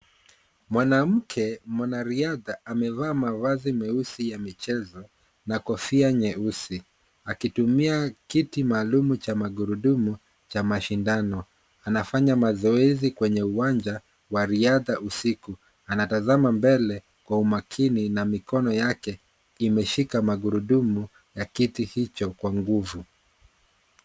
Mwanamke mwanariadha amevaa mavazi meusi ya michezo na kofia nyeusi akitumia kiti maalum cha magurudumu cha mashindano. Anafanya mazoezi kwenye uwanja wa riadha usiku. Anatazama mbele kwa umakini na mikono yake imeshika magurudumu ya kiti hicho kwa nguvu.